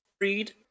Read